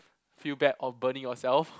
feel bad on burning yourself